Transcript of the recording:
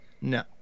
No